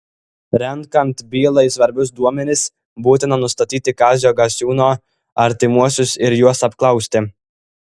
renkant bylai svarbius duomenis būtina nustatyti kazio gasiūno artimuosius ir juos apklausti